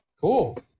Cool